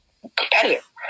competitive